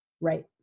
Right